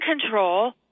control